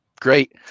great